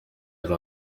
yari